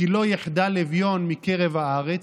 "כי לא יחדל אביון מקרב הארץ"